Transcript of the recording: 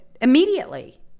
immediately